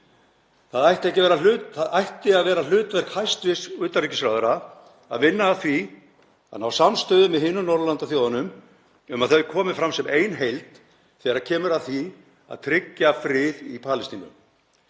Það ætti að vera hlutverk hæstv. utanríkisráðherra að vinna að því að ná samstöðu með hinum Norðurlandaþjóðunum um að þær komi fram sem ein heild þegar kemur að því að tryggja frið í Palestínu.